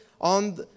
on